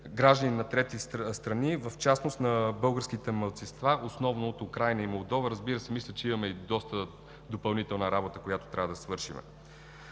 граждани на трети страни, в частност на българските малцинства основно от Украйна и Молдова. Разбира се, мисля, че имаме и доста допълнителна работа, която трябва да свършим.